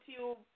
YouTube